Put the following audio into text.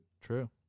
True